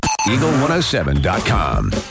Eagle107.com